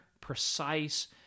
precise